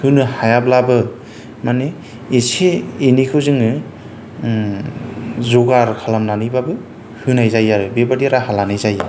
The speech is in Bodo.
होनो हायाब्लाबो माने एसे एनैखौ जोङो जगार खालामनानैबाबो होनाय जायो आरो बे बायदि राहा लानाय जायो